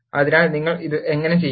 അതിനാൽ നിങ്ങൾ ഇത് എങ്ങനെ ചെയ്യും